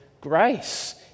grace